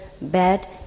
bad